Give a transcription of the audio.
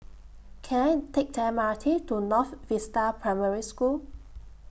Can I Take The M R T to North Vista Primary School